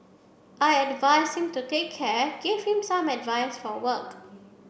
I advised him to take care gave him some advice for work